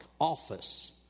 office